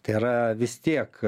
tai yra vis tiek